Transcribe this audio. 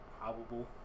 Probable